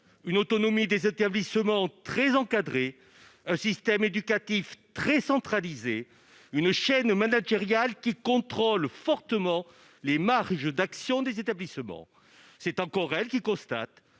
une autonomie des établissements très encadré, un système éducatif très centralisée, une chaîne managériale qui contrôle fortement les marges d'action des établissements, c'est encore elle qui constate